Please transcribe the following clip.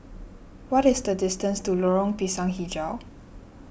what is the distance to Lorong Pisang HiJau